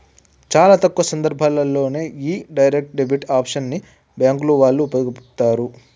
చాలా తక్కువ సందర్భాల్లోనే యీ డైరెక్ట్ డెబిట్ ఆప్షన్ ని బ్యేంకు వాళ్ళు వుపయోగిత్తరు